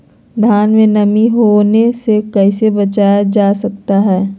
धान में नमी होने से कैसे बचाया जा सकता है?